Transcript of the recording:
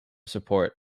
support